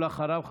ואחריו,